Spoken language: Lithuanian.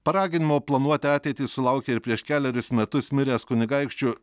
paraginimo planuoti ateitį sulaukė ir prieš kelerius metus miręs kunigaikščiu